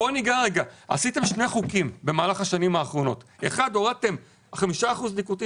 עשיתם שני חוקים במהלך השנים האחרונות - הורדתם מ-5% ניקוטין